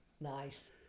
Nice